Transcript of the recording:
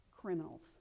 criminals